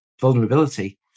vulnerability